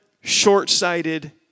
short-sighted